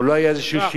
או לא היה איזה שוויון,